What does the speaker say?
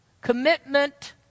Commitment